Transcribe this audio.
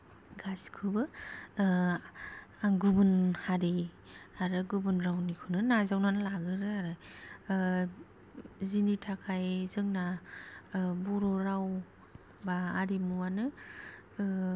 गासिखौबो आं गुबुन हारि आरो गुबुन रावनिखौनो नाजावना लागोरो आरो जायनि थाखाय जोंना बर' राव एबा हारिमुवानो